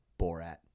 Borat